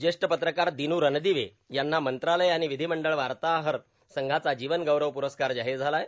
ज्येष्ठ पत्रकार दिन् रणदिवे यांना मंत्रालय आणि विधीमंडळ वार्ताहर संघाचा जीवन गौरव प्रस्कार जाहीर झाला आहे